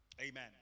Amen